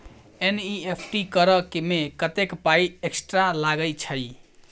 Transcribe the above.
NEFT करऽ मे कत्तेक पाई एक्स्ट्रा लागई छई?